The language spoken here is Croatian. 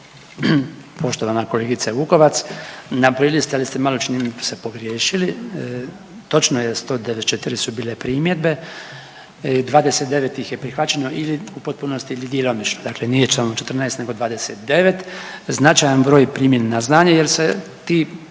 Poštovana kolegice Vukovac, nabrojili ste ali ste malo čini mi se pogriješili. Točno je 194 su bile primjedbe, 29 ih je prihvaćeno ili u potpunosti ili djelomično, dakle nije samo 14 nego 29. Značajan broj primljen je na znanje jer se ti,